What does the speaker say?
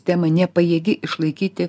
tema nepajėgi išlaikyti